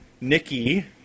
Nikki